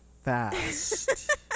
Fast